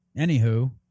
anywho